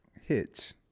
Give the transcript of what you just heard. hits